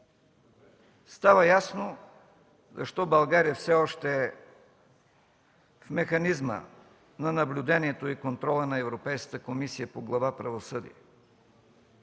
Става ясно защо България все още е в Механизма на наблюдението и контрола на Европейската комисия по Глава „Правосъдие”.